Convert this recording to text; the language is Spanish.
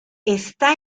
está